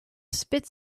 spit